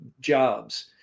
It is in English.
jobs